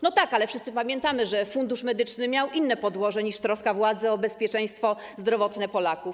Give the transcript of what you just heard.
No tak, ale wszyscy pamiętamy, że Fundusz Medyczny miał inne podłoże niż troska władzy o bezpieczeństwo zdrowotne Polaków.